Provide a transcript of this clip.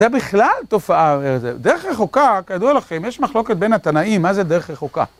זה בכלל תופעה, דרך רחוקה, כידוע לכם, יש מחלוקת בין התנאים, מה זה דרך רחוקה